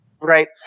Right